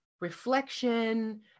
reflection